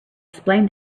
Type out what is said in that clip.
explain